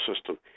system